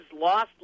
lost